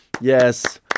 Yes